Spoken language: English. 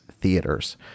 theaters